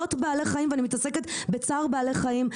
לזכויות בעלי חיים ואני מתעסקת בצער בעלי חיים,